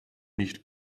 nicht